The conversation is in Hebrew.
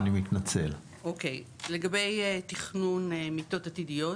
לגבי תכנון מיטות עתידיות,